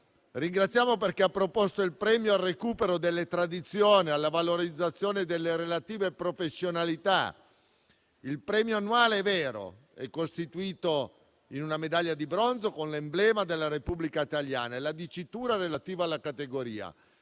provvedimento che ha istituito un premio volto al recupero delle tradizioni e alla valorizzazione delle relative professionalità. Il premio annuale - è vero - è costituito da una medaglia di bronzo con l'emblema della Repubblica italiana e la dicitura relativa alla categoria,